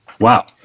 Wow